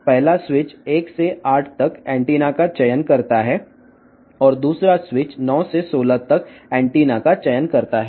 మొదటి స్విచ్ 1 నుండి 8 వరకు యాంటెన్నాలను మరియు రెండవ స్విచ్ 9 నుండి 16 వరకు యాంటెన్నాను ఎంచుకోవచ్చును